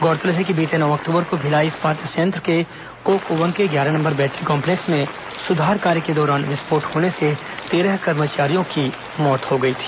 गौरतलब है कि बीते नौ अक्टूबर को भिलाई इस्पात संयंत्र के कोक ओवन के ग्यारह नंबर बैटरी काम्पलेक्स में सुधार कार्य के दौरान विस्फोट होने से बारह कर्मचारियों की मौत हो गई थी